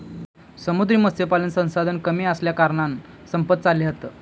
समुद्री मत्स्यपालन संसाधन कमी असल्याकारणान संपत चालले हत